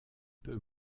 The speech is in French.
peu